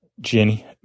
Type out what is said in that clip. Jenny